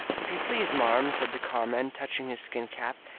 if you please, marm, said the carman, touching his skin cap,